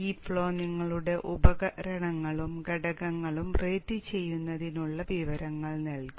ഈ ഫ്ലോ നിങ്ങളുടെ ഉപകരണങ്ങളും ഘടകങ്ങളും റേറ്റുചെയ്യുന്നതിനുള്ള വിവരങ്ങൾ നൽകും